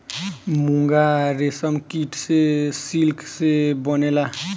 मूंगा रेशम कीट से सिल्क से बनेला